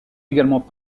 également